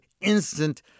instant